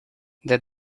the